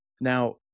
Now